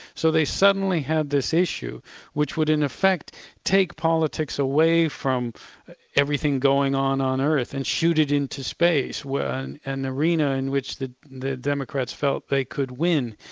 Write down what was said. so they suddenly had this issue which would in effect take politics away from everything going on on earth, and shoot it into space, an arena in which the the democrats felt they could win,